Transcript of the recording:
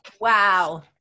wow